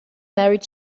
married